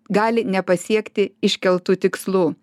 gali nepasiekti iškeltų tikslų